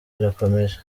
irakomeje